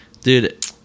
Dude